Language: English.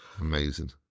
Amazing